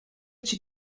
chi